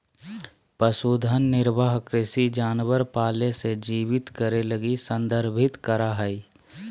पशुधन निर्वाह कृषि जानवर पाले से जीवित करे लगी संदर्भित करा हइ